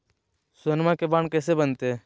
सोनमा के बॉन्ड कैसे बनते?